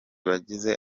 bagize